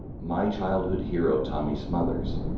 my childhood hero, tommy smothers,